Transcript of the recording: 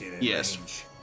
Yes